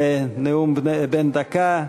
נאום בן דקה.